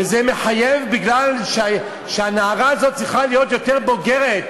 וזה מחייב מפני שהנערה הזאת צריכה להיות יותר בוגרת,